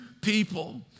people